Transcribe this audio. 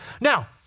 Now